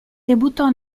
debuttò